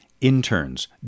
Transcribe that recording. interns